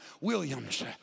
Williams